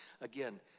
again